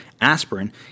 aspirin